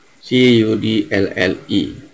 C-U-D-L-L-E